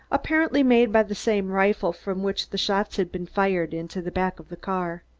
apparently made by the same rifle from which the shots had been fired into the back of the car.